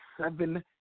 seven